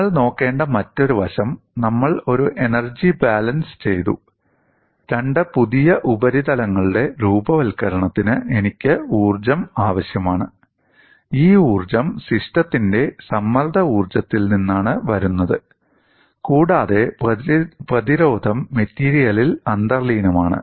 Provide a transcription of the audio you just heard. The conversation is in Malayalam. നിങ്ങൾ നോക്കേണ്ട മറ്റൊരു വശം നമ്മൾ ഒരു എനർജി ബാലൻസ് ചെയ്തു രണ്ട് പുതിയ ഉപരിതലങ്ങളുടെ രൂപവത്കരണത്തിന് എനിക്ക് ഊർജ്ജം ആവശ്യമാണ് ഈ ഊർജ്ജം സിസ്റ്റത്തിന്റെ സമ്മർദ്ദ ഊർജ്ജത്തിൽ നിന്നാണ് വരുന്നത് കൂടാതെ പ്രതിരോധം മെറ്റീരിയലിൽ അന്തർലീനമാണ്